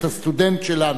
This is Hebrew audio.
את הסטודנטים שלנו.